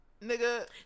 nigga